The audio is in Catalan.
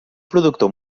productor